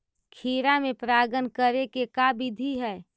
खिरा मे परागण करे के का बिधि है?